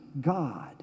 God